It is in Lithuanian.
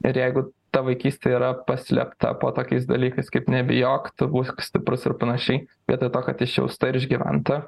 ir jeigu ta vaikystė yra paslėpta po tokiais dalykais kaip nebijok tu būk stiprus ir panašiai vietoj to kad išjausta ir išgyventa